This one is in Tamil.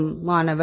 மாணவர்மேப்